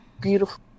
beautiful